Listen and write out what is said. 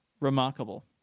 remarkable